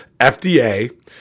FDA